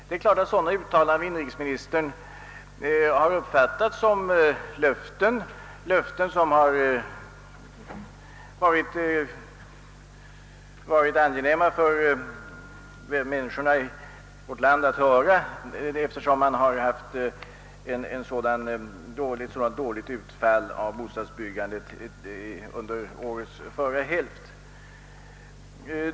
Det är klart att sådana uttalanden av inrikesministern har uppfattats som löften — löften som varit angenäma att höra för människorna, eftersom det har blivit ett så dåligt utfall beträffande bostadsbyggande under årets förra hälft.